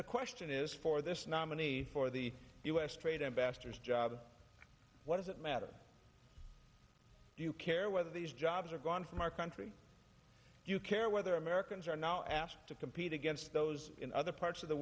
the question is for this nominee for the u s trade and basters job what does it matter do you care whether these jobs are gone from our country do you care whether americans are now asked to compete against those in other parts of the